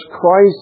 Christ